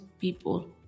people